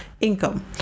income